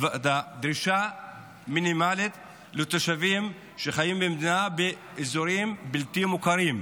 דרישה מינימלית לתושבים שחיים במדינה באזורים בלתי מוכרים.